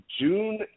June